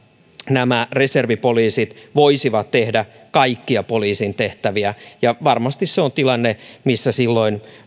nämä reservipoliisit voisivat tehdä kaikkia poliisin tehtäviä ja varmasti se on tilanne missä silloin